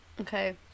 okay